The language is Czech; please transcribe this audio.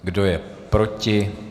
Kdo je proti?